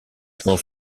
sont